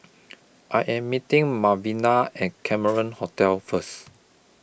I Am meeting Malvina At Cameron Hotel First